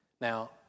Now